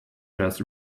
just